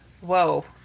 Whoa